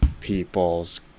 people's